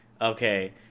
okay